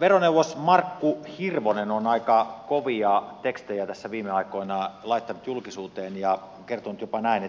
veroneuvos markku hirvonen on aika kovia tekstejä tässä viime aikoina laittanut julkisuuteen ja kertonut jopa näin